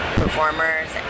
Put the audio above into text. performers